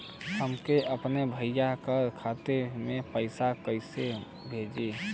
हम अपने भईया के खाता में पैसा कईसे भेजी?